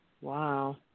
Wow